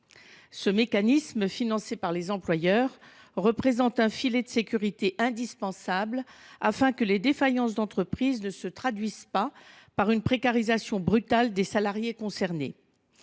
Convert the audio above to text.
Ce mécanisme, financé par les employeurs, représente un filet de sécurité indispensable afin que les défaillances d'entreprises ne se traduisent pas par une précarisation brutale des salariés concernés.